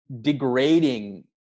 degrading